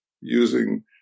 using